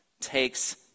takes